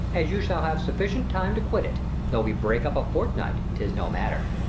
as you shall have sufficient time to quit it though we break up a fortnight, tis no matter.